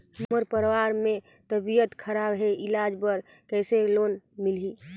मोर परवार मे तबियत खराब हे इलाज बर कइसे लोन मिलही?